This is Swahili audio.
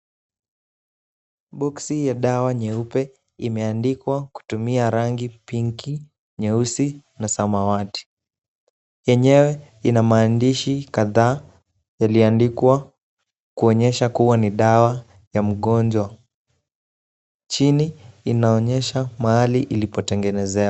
Boksi ya dawa nyeupe imeandikwa kutumia rangi pinki , nyeusi na samawati. Yenyewe ina maandishi kadhaa yaliyoandikwa kuonyesha kuwa ni dawa ya mgonjwa. Chini inaonyesha pahali ilipotengenezewa.